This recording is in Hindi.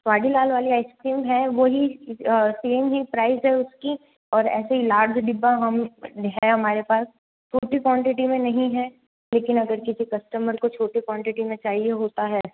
वाडी लाल वाली आइसक्रीम है वही तीन ही प्राइज़ है उसकी और ऐसे ही लार्ज डिब्बा हम है हमारे पास छोटी क्वांटिटी में नहीं है लेकिन अगर किसी कस्टमर को छोटी क्वांटिटी में चाहिए होता है